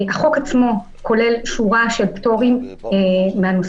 החוק עצמו כולל שורה של פטורים מהנושא